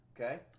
Okay